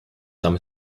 dummy